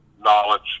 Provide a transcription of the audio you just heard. knowledge